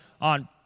on